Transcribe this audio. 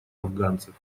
афганцев